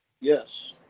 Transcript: Yes